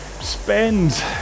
spend